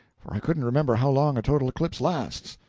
for i couldn't remember how long a total eclipse lasts.